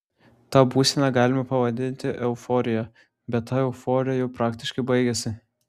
tą būseną galima pavadinti euforija bet ta euforija jau praktiškai baigėsi